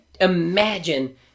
imagine